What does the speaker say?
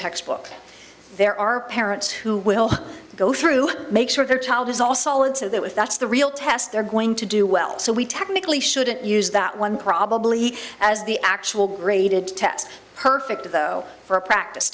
textbooks there are parents who will go through make sure their child is all solid so that if that's the real test they're going to do well so we technically shouldn't use that one probably as the actual graded test perfect though for a practice